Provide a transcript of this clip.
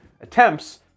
attempts